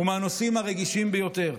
הוא מהנושאים הרגישים ביותר.